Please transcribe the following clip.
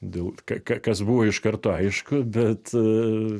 dėl ka ka kas buvo iš karto aišku bet